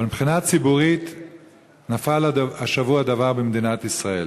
אבל מבחינה ציבורית נפל השבוע דבר במדינת ישראל: